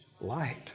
light